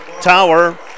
Tower